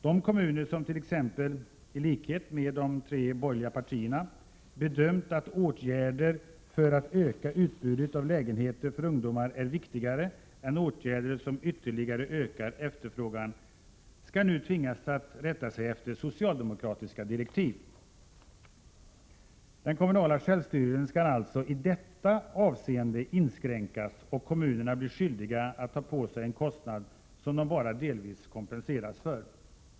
De kommuner som — i likhet med de tre borgerliga partierna — bedömt att åtgärder för att öka utbudet av lägenheter för ungdomar är viktigare än åtgärder som ytterligare ökar efterfrågan skall nu tvingas att rätta sig efter socialdemokratiska direktiv. Den kommunala självstyrelsen skall alltså i detta avseende inskränkas, och kommunerna blir skyldiga att ta på sig en kostnad som de bara delvis kompenseras för.